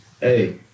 Hey